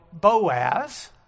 Boaz